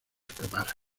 escapar